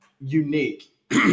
unique